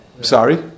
Sorry